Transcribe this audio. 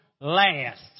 last